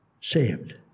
saved